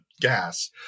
gas